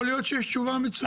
יכול להיות שיש תשובה מצוינת.